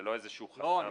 זה לא איזשהו חסם מעבר.